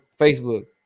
Facebook